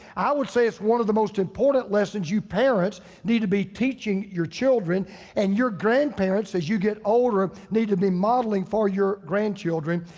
i would say it's one of the most important lessons you parents need to be teaching your children and your grandparents as you get older need to be modeling for your grandchildren.